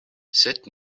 cette